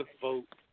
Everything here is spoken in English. vote